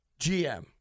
GM